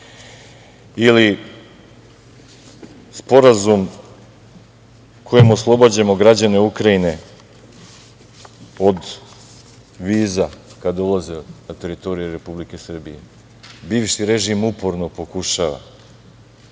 Sporazum kojim oslobađamo građane Ukrajine od viza kada ulaze na teritoriju Republike Srbije. Bivši režim uporno pokušava